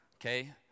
Okay